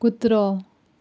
कुत्रो